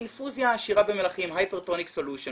אינפוזיה עשירה במליחה, שנקרא הייפר טוניק סולושן,